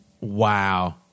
Wow